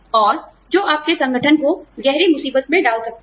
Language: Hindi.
और जो आपके संगठन को गहरी मुसीबत में डाल सकता है